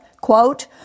quote